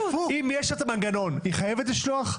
אם יש לה את המנגנון, היא חייבת לשלוח?